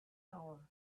hour